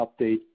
update